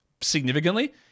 significantly